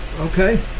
okay